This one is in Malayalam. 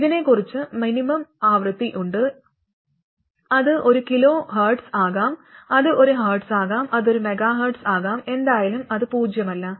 ഇതിന് കുറച്ച് മിനിമം ആവൃത്തി ഉണ്ട് അത് ഒരു കിലോ ഹെർട്സ് ആകാം അത് ഒരു ഹെർട്സ് ആകാം അത് ഒരു മെഗാഹെർട്സ് ആകാം എന്തായാലും അത് പൂജ്യമല്ല